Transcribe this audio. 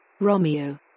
Romeo